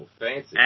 fancy